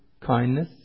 kindness